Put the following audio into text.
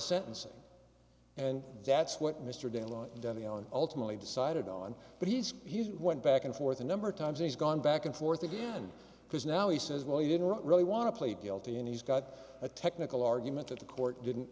sentencing and that's what mr dale on the on ultimately decided on but he's he's went back and forth a number of times he's gone back and forth again because now he says well he didn't really want to play guilty and he's got a technical argument that the court didn't